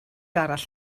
arall